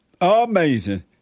Amazing